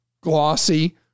glossy